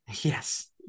Yes